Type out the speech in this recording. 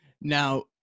now